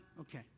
Okay